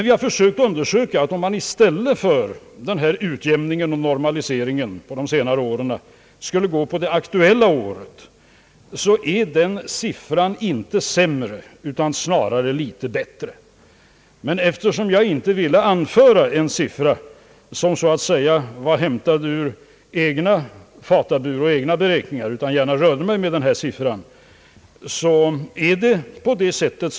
Vi har undersökt och funnit att om man i stället för denna utjämning och normalisering under de senare åren skulle gå på det aktuella året, så är den siffran inte sämre, utan snarare litet bättre. Men jag ville inte anföra en siffra som var hämtad ur egna beräkningar, utan rörde mig gärna med den nämnda siffran.